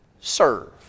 serve